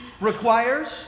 requires